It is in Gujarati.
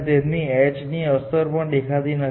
તેમને h ની અસર પણ દેખાતી નથી